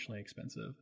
expensive